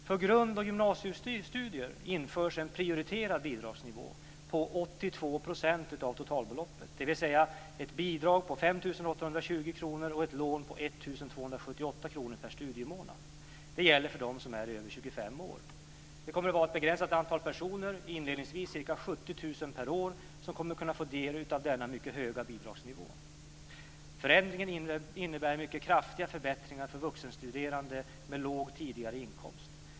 För grundskole och gymnasiestudier införs en prioriterad bidragsnivå om 82 % av totalbeloppet, dvs. ett bidrag på 5 820 kr och ett lån på 1 278 kr per studiemånad för dem som är över 25 år. Ett begränsat antal personer, inledningsvis ca 70 000 per år, kommer att kunna få del av denna mycket höga bidragsnivå. Förändringen innebär kraftiga förbättringar för vuxenstuderande med låg tidigare inkomst.